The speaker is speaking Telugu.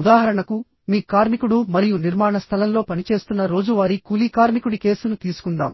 ఉదాహరణకు మీ కార్మికుడు మరియు నిర్మాణ స్థలంలో పనిచేస్తున్న రోజువారీ కూలీ కార్మికుడి కేసును తీసుకుందాం